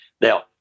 Now